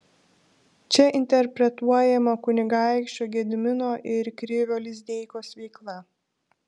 čia interpretuojama kunigaikščio gedimino ir krivio lizdeikos veikla